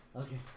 okay